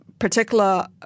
particular